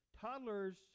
toddlers